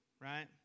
right